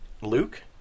Luke